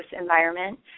environment